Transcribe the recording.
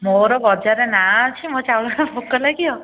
ମୋର ବଜାରରେ ନାଁ ଅଛି ମୋ ଚାଉଳରେ ପୋକ ଲାଗିବ